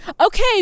okay